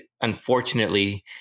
unfortunately